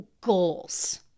goals